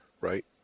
right